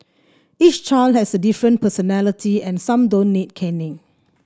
each child has a different personality and some don't need caning